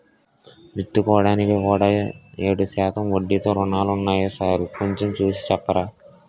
విత్తుకోడానికి కూడా ఏడు శాతం వడ్డీతో రుణాలున్నాయా సారూ కొంచె చూసి సెప్పరా